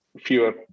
fewer